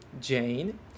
Jane